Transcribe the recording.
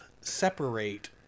separate